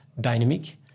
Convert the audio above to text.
dynamic